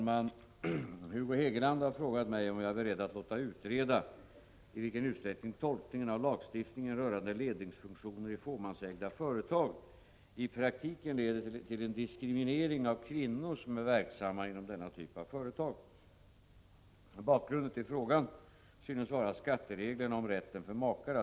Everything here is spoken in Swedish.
Enligt riksskatteverket skall som självständig inkomsttagare betraktas de som har på eget ägande baserat, väsentligt inflytande i ett företag. Enligt taxeringsmyndigheterna kan i ett företag av typ fåmansbolag-familjeföretag i princip endast en av ägarna, verksamma i företaget, ha denna funktion. I praktiken leder detta till en diskriminering av den kvinnliga maken.